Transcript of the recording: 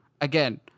again